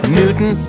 Newton